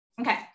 okay